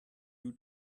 you